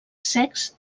secs